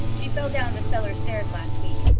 she fell down the cellar stairs last week.